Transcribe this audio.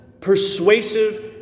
persuasive